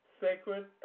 sacred